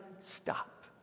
stop